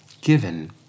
given